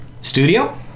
studio